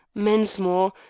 mensmore,